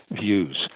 views